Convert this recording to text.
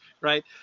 right